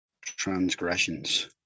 transgressions